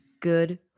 Good